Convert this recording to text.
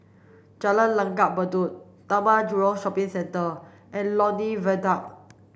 Jalan Langgar Bedok Taman Jurong Shopping Centre and Lornie Viaduct